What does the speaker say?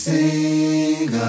Sing